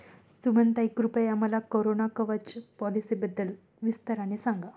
सुमनताई, कृपया मला कोरोना कवच पॉलिसीबद्दल विस्ताराने सांगा